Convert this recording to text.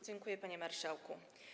Dziękuję, panie marszałku.